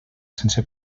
sense